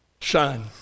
Son